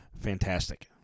Fantastic